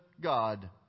God